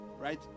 right